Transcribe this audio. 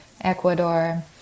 Ecuador